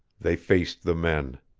they faced the men.